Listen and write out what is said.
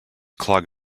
clog